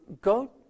go